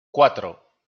cuatro